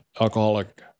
alcoholic